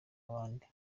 abandi